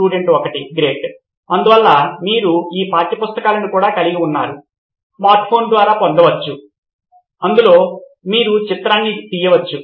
student 1 grade అందువల్ల మీరు ఈ పాఠ్యపుస్తకాలను కూడా కలిగి ఉన్నారు స్మార్ట్ ఫోన్ ద్వారా పొందవచ్చు అందులో మీరు చిత్రాన్ని తీయవచ్చు